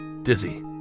Dizzy